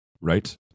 Right